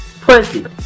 Pussy